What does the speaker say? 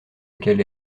lequel